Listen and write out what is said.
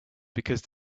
because